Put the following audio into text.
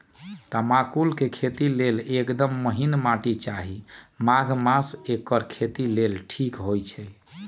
तमाकुल के खेती लेल एकदम महिन माटी चाहि माघ मास एकर खेती लेल ठीक होई छइ